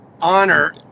honor